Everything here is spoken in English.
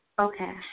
Okay